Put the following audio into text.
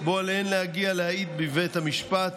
שבו עליהם להגיע להעיד בבית המשפט,